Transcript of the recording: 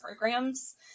programs